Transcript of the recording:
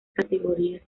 categorías